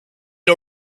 had